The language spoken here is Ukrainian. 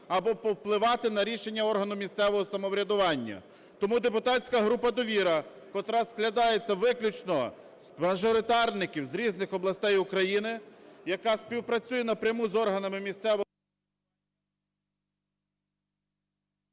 або повпливати на рішення органу місцевого самоврядування. Тому депутатська група "Довіра", котра складається виключно з мажоритарників з різних областей України, яка співпрацює напряму з органами місцевого… ГОЛОВУЮЧИЙ.